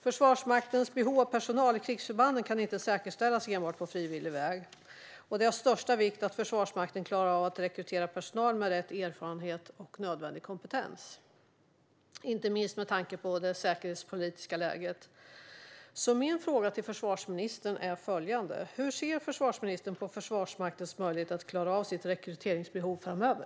Försvarsmaktens behov av personal i krigsförbanden kan inte säkerställas enbart på frivillig väg. Det är av största vikt att Försvarsmakten klarar av att rekrytera personal med rätt erfarenhet och nödvändig kompetens, inte minst med tanke på det säkerhetspolitiska läget. Min fråga till försvarsministern är följande: Hur ser försvarsministern på Försvarsmaktens möjlighet att klara av sitt rekryteringsbehov framöver?